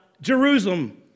Jerusalem